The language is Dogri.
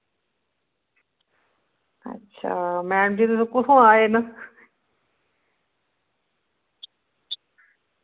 अच्छा मैम जी तुस कुत्थुआं आए न